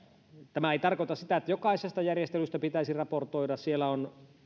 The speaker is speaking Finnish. tämä ei tarkoita sitä että jokaisesta järjestelystä pitäisi raportoida siellä on